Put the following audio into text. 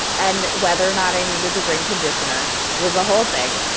and whether or not i needed to bring conditioner was a whole thing.